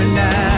now